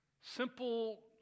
simple